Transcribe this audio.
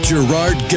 Gerard